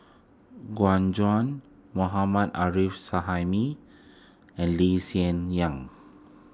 Gu Juan Mohammad Arif Suhaimi and Lee Hsien Yang